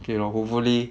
K lor hopefully